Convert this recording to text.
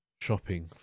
shopping